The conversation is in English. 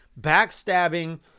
backstabbing